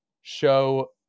show